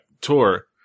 tour